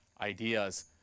ideas